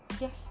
Yes